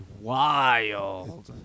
wild